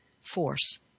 force